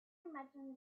imagine